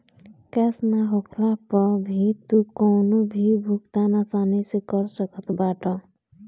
cash ना होखला पअ भी तू कवनो भी भुगतान आसानी से कर सकत बाटअ